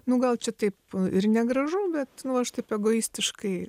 nu gal čia taip ir negražu bet aš taip egoistiškai